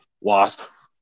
Wasp